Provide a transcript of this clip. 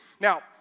Now